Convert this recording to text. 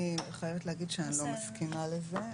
אני חייבת להגיד שאני לא מסכימה לזה,